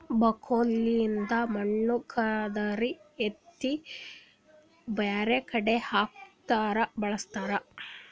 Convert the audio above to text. backhoe ಲಿಂದ್ ಮಣ್ಣ್ ಕೆದರಿ ಎತ್ತಿ ಬ್ಯಾರೆ ಕಡಿ ಹಾಕ್ಲಕ್ಕ್ ಬಳಸ್ತಾರ